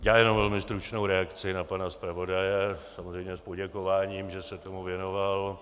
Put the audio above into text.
Já jen velmi stručnou reakci na pana zpravodaje, samozřejmě s poděkováním, že se tomu věnoval.